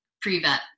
pre-vet